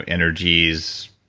ah energies,